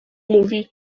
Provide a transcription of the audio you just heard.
mówi